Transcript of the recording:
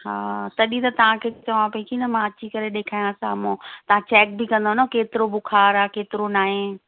हा तॾहिं त तव्हांखे चवा पई की न मां अची करे ॾेखारियाव साम्हूं तव्हां चैक बि कंदव न केतिरो बुखार आहे केतिरो न आहे